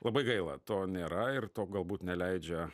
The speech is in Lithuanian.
labai gaila to nėra ir to galbūt neleidžia